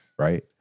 Right